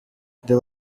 there